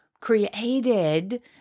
created